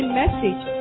message